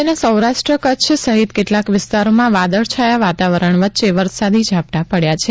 રાજ્યના સૌરાષ્ટ્ર કચ્છ સહિત કેટલાંક વિસ્તારોમાં વાદળ છાયા વાતાવરણ વચ્ચે વરસાદી ઝાપટાં પડચા છે